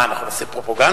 מה, אנחנו נעשה פרופגנדה?